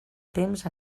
temps